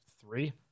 three